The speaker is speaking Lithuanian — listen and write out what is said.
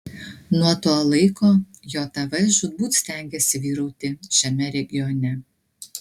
nuo to laiko jav žūtbūt stengėsi vyrauti šiame regione